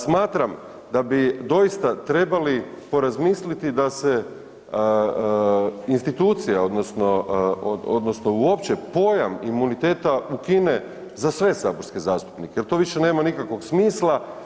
Smatram da bi doista trebali porazmisliti da se institucije odnosno odnosno uopće pojam imuniteta ukine za sve saborske zastupnike jel to više nema nikakvog smisla.